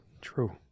True